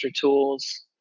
Tools